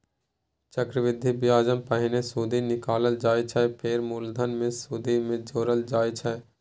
चक्रबृद्धि ब्याजमे पहिने सुदि निकालल जाइ छै फेर मुलधन मे सुदि केँ जोरल जाइ छै